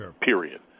period